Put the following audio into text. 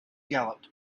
galloped